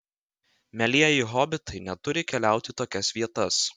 mielieji hobitai neturi keliauti į tokias vietas